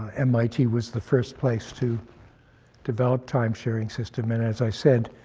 mit was the first place to develop time-sharing system. and as i said,